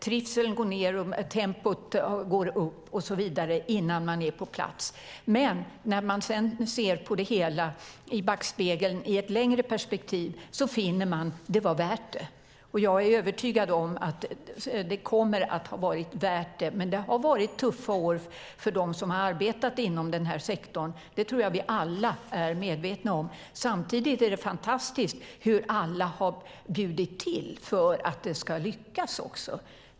Trivseln går ned och tempot går upp innan man är på plats. När man sedan ser på det hela i backspegeln, i ett längre perspektiv, finner man att det var värt det. Jag är övertygad om att det kommer att ha varit värt det. Men det har varit tuffa år för dem som har arbetat inom den här sektorn. Det tror jag att vi alla är medvetna om. Samtidigt är det fantastiskt hur alla har bjudit till för att det ska lyckas.